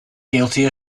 guilty